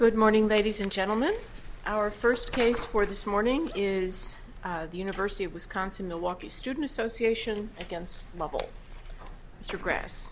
good morning ladies and gentlemen our first case for this morning is the university of wisconsin milwaukee student association against level